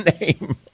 name